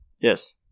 Yes